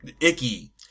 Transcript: icky